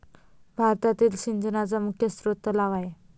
भारतातील सिंचनाचा मुख्य स्रोत तलाव आहे